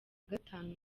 gatanu